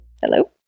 Hello